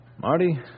Marty